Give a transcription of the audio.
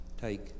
take